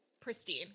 pristine